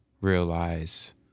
realize